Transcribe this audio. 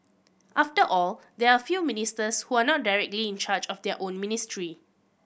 after all there are a few ministers who are not directly in charge of their own ministry